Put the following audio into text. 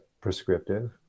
prescriptive